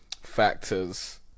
factors